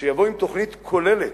שיבוא עם תוכנית כוללת,